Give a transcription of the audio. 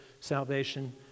salvation